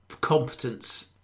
competence